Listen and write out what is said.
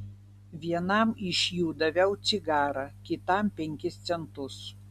vienam iš jų daviau cigarą kitam penkis centus